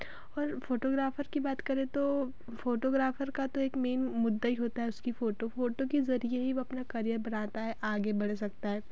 और फ़ोटोग्राफ़र की बात करें तो फोटोग्राफर का तो एक मेन मुद्दा ही होता है उसकी फ़ोटो फ़ोटो की ज़रिए ही वह अपना करियर बनाता है आगे बढ़ सकता है